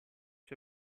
sue